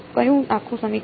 કયું આખું સમીકરણ